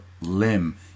limb